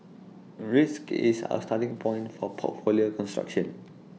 risk is our starting point for portfolio construction